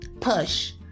push